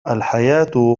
الحياة